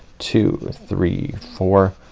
two, three, four.